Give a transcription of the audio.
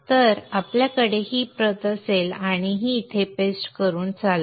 तर आपल्याकडे ही प्रत असेल आणि ती इथे पेस्ट करून चालवा